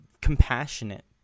compassionate